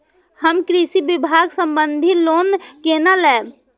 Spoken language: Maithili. हम कृषि विभाग संबंधी लोन केना लैब?